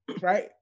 Right